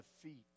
defeat